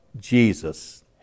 Jesus